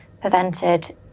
prevented